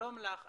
שלום לך.